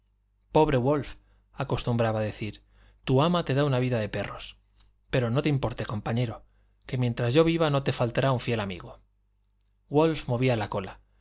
pobre wolf acostumbraba decir tu ama te da una vida de perros pero no te importe compañero que mientras yo viva no te faltará un fiel amigo wolf movía la cola